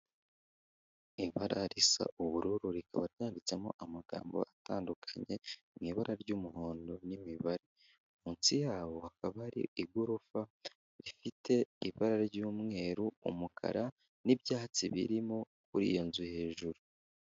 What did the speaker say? Ibara risa ubururu rikaba ryanditsemo amagambo atandukanye, w'ibara ry'umuhondo n'imibare munsi yaho hakaba hari igorofa, rifite ibara ry'umweru umukara n'ibyatsi birimo kuri iyo nzu hejuru.